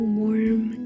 warm